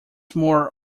more